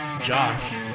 Josh